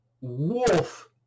Wolf